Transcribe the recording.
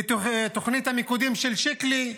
ותוכנית המיקודים של שיקלי,